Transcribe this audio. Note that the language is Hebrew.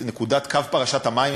קו פרשת המים,